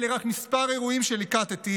אלה רק כמה אירועים שליקטתי,